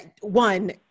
one